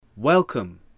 Welcome